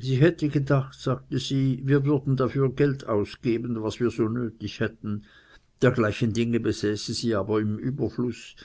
sie hätte gedacht sagte sie wir würden dafür geld ausgeben was wir so nötig hätten dergleichen dinge besäße sie aber im überfluß